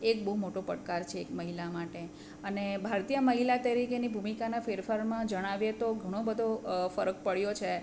એ એક બહું મોટો પડકાર છે એક મહિલા માટે અને ભારતીય મહિલા તરીકેની ભૂમિકાના ફેરફારમાં જણાવીએ તો ઘણો બધો ફરક પડ્યો છે